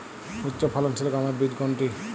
উচ্চফলনশীল গমের বীজ কোনটি?